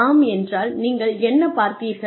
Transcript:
ஆம் என்றால் நீங்கள் என்ன பார்த்தீர்கள்